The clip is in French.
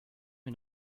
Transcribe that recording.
une